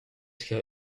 her